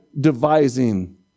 devising